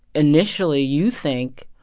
initially, you think,